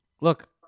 Look